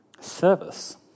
Service